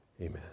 Amen